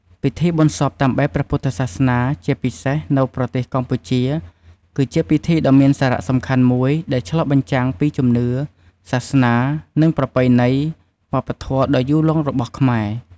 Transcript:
ពិធីបុណ្យសពតាមបែបព្រះពុទ្ធសាសនា ជាពិសេសនៅប្រទេសកម្ពុជា គឺជាពិធីដ៏មានសារៈសំខាន់មួយ ដែលឆ្លុះបញ្ចាំងពីជំនឿ សាសនា និងប្រពៃណីវប្បធម៌ដ៏យូរលង់របស់ខ្មែរ។